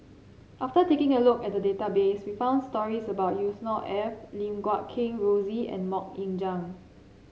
after taking a look at the database we found stories about Yusnor Ef Lim Guat Kheng Rosie and MoK Ying Jang